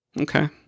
Okay